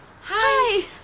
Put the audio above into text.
Hi